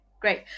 great